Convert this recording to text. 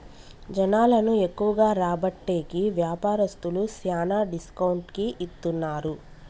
జనాలను ఎక్కువగా రాబట్టేకి వ్యాపారస్తులు శ్యానా డిస్కౌంట్ కి ఇత్తన్నారు